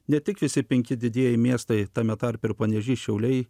ne tik visi penki didieji miestai tame tarpe ir panevėžys šiauliai